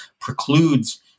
precludes